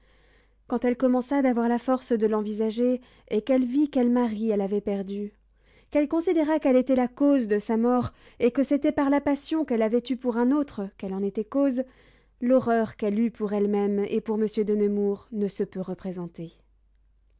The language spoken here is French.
quand elle commença d'avoir la force de l'envisager et qu'elle vit quel mari elle avait perdu qu'elle considéra qu'elle était la cause de sa mort et que c'était par la passion qu'elle avait eue pour un autre qu'elle en était cause l'horreur qu'elle eut pour elle-même et pour monsieur de nemours ne se peut représenter